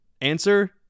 answer